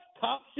top